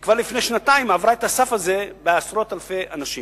וכבר לפני שנתיים היא עברה את הסף הזה בעשרות אלפי אנשים.